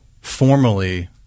formally